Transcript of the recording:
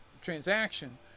transaction